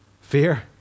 Fear